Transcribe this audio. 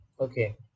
okay